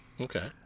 Okay